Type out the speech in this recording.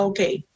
Okay